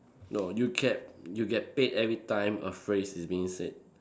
no you get you get a phrase is being said